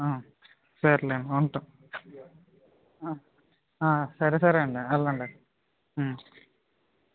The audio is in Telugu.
సర్లే ఉంటా సరే సరేండి వెళ్ళండి